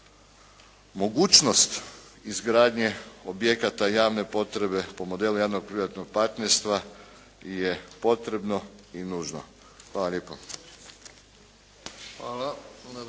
mogućnost izgradnje objekata javne potrebe po modelu javnog privatnog partnerstva je potrebno i nužno. Hvala lijepo.